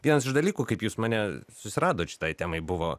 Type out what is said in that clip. vienas iš dalykų kaip jūs mane susiradot šitai temai buvo